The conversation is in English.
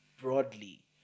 broadly